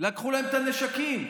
לקחו להם את הנשקים.